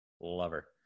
Lover